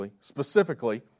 specifically